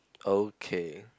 okay